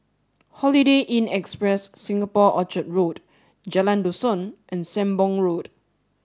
holiday Inn Express Singapore Orchard Road Jalan Dusun and Sembong Road